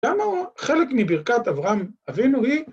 למה חלק מברכת אברהם אבינו היא?